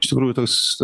iš tikrųjų toks